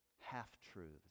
half-truths